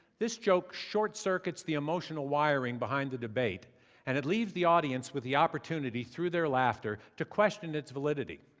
this joke short circuits the emotional wiring behind the debate and it leaves the audience with the opportunity, through their laughter, to question its validity.